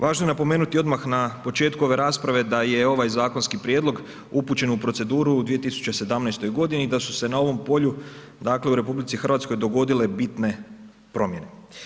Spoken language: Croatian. Važno je napomenuti odmah na početku ove rasprave da je ovaj zakonski prijedlog upućen u proceduru 2017. godini i da su se na ovom polju, dakle u RH dogodile bitne promjene.